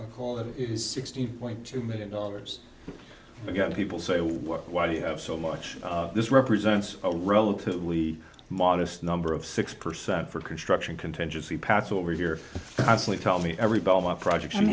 y call it is sixteen point two million dollars again people say work why do you have so much this represents a relatively modest number of six percent for construction contingency path over here as lee tell me every ball my project i'm